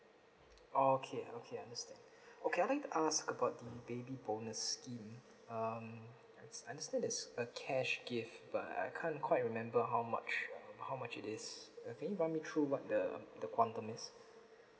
orh okay okay I understand okay I'll like to ask about the baby bonus scheme um I understand that there's a cash gift but I can't quite remember how much uh how much it is uh maybe run me through what the the quantum is